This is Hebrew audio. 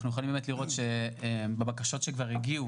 אנחנו יכולים לראות בבקשות שכבר הגיעו